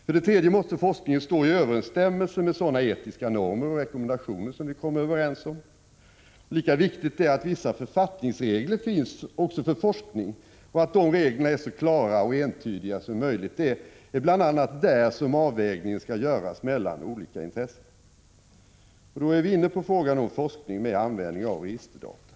För det tredje måste forskningen stå i överensstämmelse med etiska normer och rekommendationer som vi kommer överens om. Lika viktigt är att vissa författningsregler finns också för forskningen och att de reglerna är så klara och entydiga som möjligt. Det är bl.a. där som avvägningen mellan olika intressen skall göras. Då är vi inne på frågan om forskning med användning av registerdata.